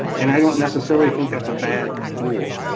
and i don't necessarily think that's a bad rule.